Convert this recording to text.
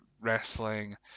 wrestling